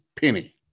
penny